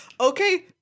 okay